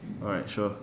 alright sure